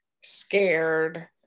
scared